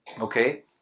Okay